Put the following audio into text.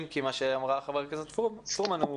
אם כי מה שאמרה חברת הכנסת פרומן הוא